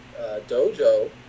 Dojo